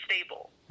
stable